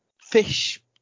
fish